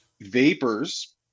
Vapors